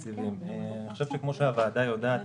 כמו שהוועדה יודעת,